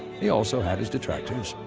he also had his detractors.